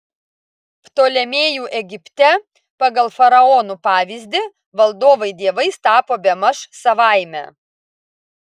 ptolemėjų egipte pagal faraonų pavyzdį valdovai dievais tapo bemaž savaime